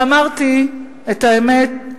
ואמרתי את האמת,